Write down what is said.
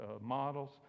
models